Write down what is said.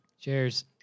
Cheers